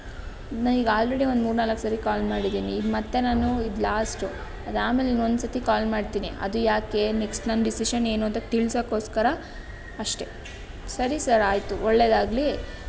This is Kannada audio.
ಇನ್ನು ಈಗ ಆಲ್ರೆಡಿ ಒಂದು ಮೂರ್ನಾಲ್ಕು ಸರಿ ಕಾಲ್ ಮಾಡಿದ್ದೀನಿ ಈಗ ಮತ್ತೆ ನಾನು ಇದು ಲಾಸ್ಟ್ ಅದಾದ ಮೇಲೆ ಇನ್ನೊಂದು ಸತಿ ಕಾಲ್ ಮಾಡ್ತೀನಿ ಅದು ಯಾಕೆ ನೆಕ್ಸ್ಟ್ ನನ್ನ ಡಿಸಿಷನ್ ಏನು ಅಂತ ತಿಳ್ಸೋಕೋಸ್ಕರ ಅಷ್ಟೆ ಸರಿ ಸರ್ ಆಯಿತು ಒಳ್ಳೆಯದಾಗಲಿ ಸರಿ ಸರಿ ಆಯಿತು ಒಳ್ಳೆಯದಾಗಲಿ ಸರ್ ನೋಡ್ತೀನಿ ಏನು ಮಾಡ್ತೀರ ಅಂತ ನಾನೂ ಅದರ ಮೇಲೆ ನಾನು ಮುಂದಿನ ಹೆಜ್ಜೆ ಇಡ್ತೀನಿ ಸರ್ ನಾನು ಓಕೆ ಓಕೆ